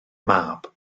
mab